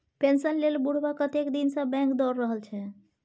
pension लेल बुढ़बा कतेक दिनसँ बैंक दौर रहल छै